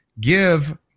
Give